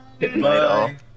Bye